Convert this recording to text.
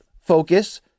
focus